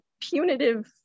punitive